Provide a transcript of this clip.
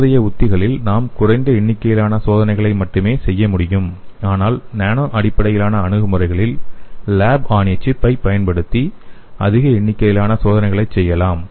தற்போதைய உத்திகளில் நாம் குறைந்த எண்ணிக்கையிலான சோதனைகளை மட்டுமே செய்ய முடியும் ஆனால் நானோ அடிப்படையிலான அணுகுமுறைகளில் "லேப் ஆன் எ சிப்" ஐ பயன்படுத்தி அதிக எண்ணிக்கையிலான சோதனைகளைச் செய்யலாம்